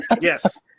Yes